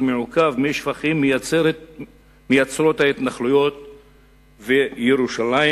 מעוקבים מי שפכים מייצרות ההתנחלויות וירושלים,